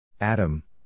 Adam